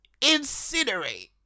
incinerate